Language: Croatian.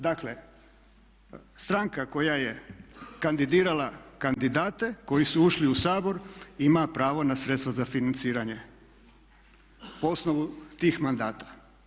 Dakle stranka koja je kandidirala kandidate koji su ušli u Sabor ima pravo na sredstva za financiranje po osnovu tih mandata.